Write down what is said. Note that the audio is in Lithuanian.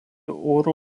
oro